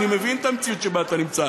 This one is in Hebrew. אני מבין את המציאות שבה אתה נמצא.